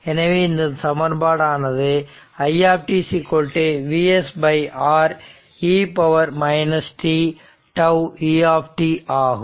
எனவே இந்த சமன்பாடு ஆனது i Vs R e t τ u ஆகும்